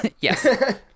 yes